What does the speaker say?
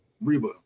Reba